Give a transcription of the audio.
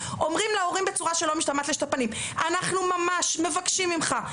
להורים בצורה שלא משתמעת לשתי פנים: אנחנו ממש מבקשים ממך,